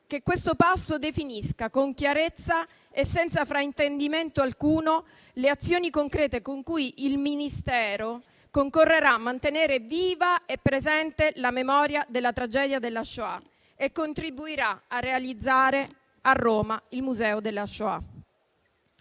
che questo passo definisca con chiarezza e senza fraintendimento alcuno le azioni concrete con cui il Ministero concorrerà a mantenere viva e presente la memoria della tragedia della Shoah e contribuirà a realizzare a Roma il Museo della Shoah.